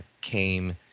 came